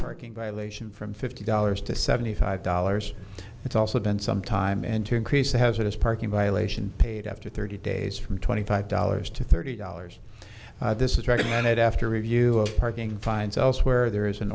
parking violation from fifty dollars to seventy five dollars it's also been some time and to increase the hazardous parking violation paid after thirty days from twenty five dollars to thirty dollars this is recommended after review of parking fines elsewhere there is an